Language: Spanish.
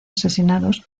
asesinados